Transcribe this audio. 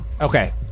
Okay